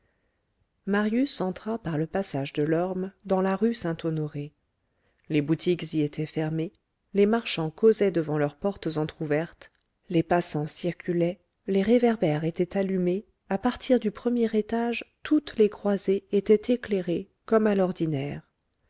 marius entra par le passage delorme dans la rue saint-honoré les boutiques y étaient fermées les marchands causaient devant leurs portes entr'ouvertes les passants circulaient les réverbères étaient allumés à partir du premier étage toutes les croisées étaient éclairées comme à l'ordinaire